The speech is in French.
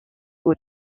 aux